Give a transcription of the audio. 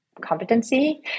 competency